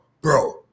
bro